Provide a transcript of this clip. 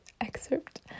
excerpt